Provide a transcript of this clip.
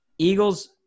Eagles